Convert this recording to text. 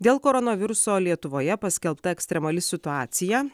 dėl koronaviruso lietuvoje paskelbta ekstremali situacija